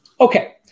Okay